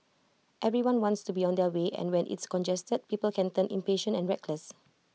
everyone wants to be on their way and when it's congested people can turn impatient and reckless